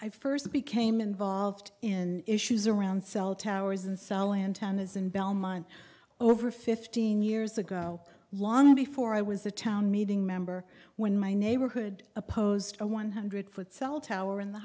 i first became involved in issues around cell towers and cell antennas in belmont over fifteen years ago long before i was a town meeting member when my neighborhood opposed a one hundred foot cell tower in the